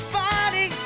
body